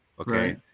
Okay